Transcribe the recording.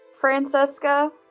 Francesca